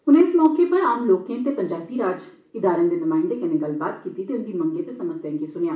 उनें इस मौके आम लोकें ते पंचैती राज इदारें दे नुमायन्दे कन्नै गल्लबात कीती ते उन्दी मंगें ते समस्याएं गी सुनेआ